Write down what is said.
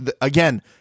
Again